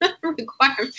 requirement